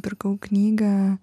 pirkau knygą